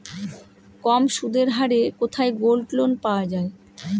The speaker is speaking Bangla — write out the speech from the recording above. কম সুদের হারে কোথায় গোল্ডলোন পাওয়া য়ায়?